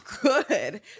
good